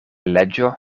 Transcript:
leĝo